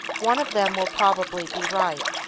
one of them will probably be right.